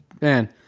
man